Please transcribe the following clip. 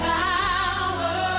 power